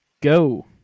go